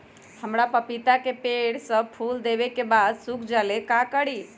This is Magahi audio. हमरा पतिता के पेड़ सब फुल देबे के बाद सुख जाले का करी?